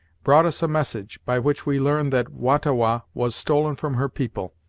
brought us a message, by which we learn that wah-ta-wah was stolen from her people,